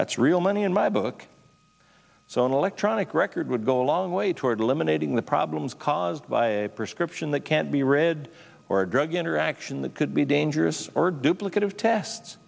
that's real money in my book so an electronic record would go a long way toward eliminating the problems caused by a prescription that can't be read or a drug interaction that could be dangerous or duplicative tests